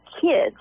kids